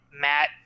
Matt